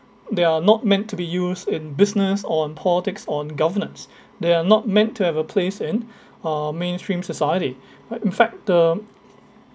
they are not meant to be used in business on politics on governance there are not meant to have a place in uh mainstream society uh in fact the